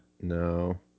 no